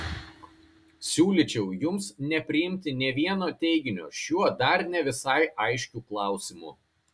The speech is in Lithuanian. siūlyčiau jums nepriimti nė vieno teiginio šiuo dar ne visai aiškiu klausimu